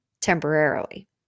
temporarily